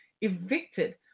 evicted